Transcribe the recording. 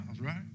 right